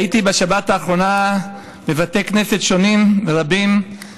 הייתי בשבת האחרונה בבתי כנסת שונים, רבים,